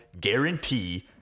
guarantee